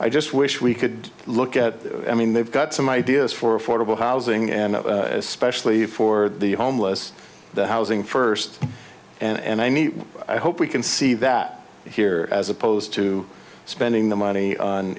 i just wish we could look at i mean they've got some ideas for affordable housing and especially for the homeless the housing first and i mean i hope we can see that here as opposed to spending the money on